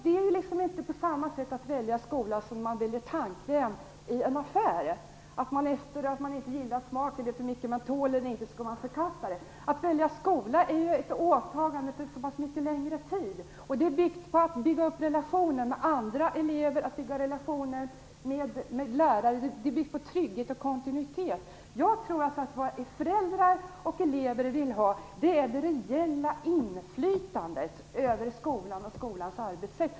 Det är inte detsamma att välja skola som att välja tandkräm i affären, då man tar hänsyn till smaken, om man tål tandkrämen, osv. Att välja skola är ju ett åtagande för så mycket längre tid. Det är en fråga om att bygga upp relationer med andra elever och med lärare. Det bygger på trygghet och kontinuitet. Jag tror att vad föräldrar och elever vill ha är ett reellt inflytande över skolan och skolans arbetssätt.